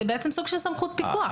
זה בעצם סוג של סמכות פיקוח.